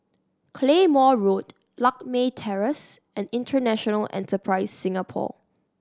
Claymore Road Lakme Terrace and International Enterprise Singapore